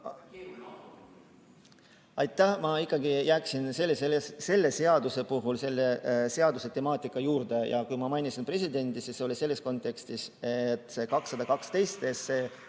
välja? Ma ikkagi jääksin selle seaduse puhul selle seaduse temaatika juurde. Ja kui ma mainisin presidenti, siis see oli selles kontekstis, et 212